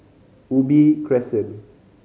Ubi Crescent